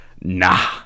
nah